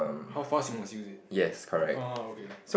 how fast you must use it is it orh okay